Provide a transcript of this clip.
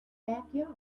backyard